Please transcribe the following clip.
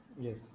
Yes